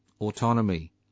autonomy